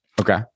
Okay